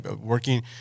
working